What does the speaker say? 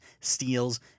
steals